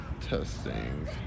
Testing